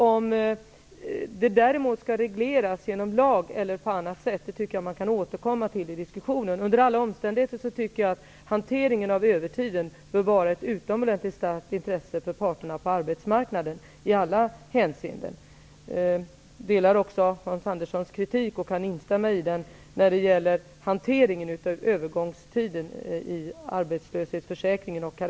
Om det skall regleras genom lag eller på annat sätt tycker jag dock att man kan återkomma till i diskussionen. Under alla omständigheter tycker jag att hanteringen av övertiden i alla hänseenden bör vara ett utomordentligt starkt intresse för parterna på arbetsmarknaden. Jag kan också instämma i Hans Anderssons kritik mot hanteringen av övergångstiden och karensdagarna i arbetslöshetsförsäkringen.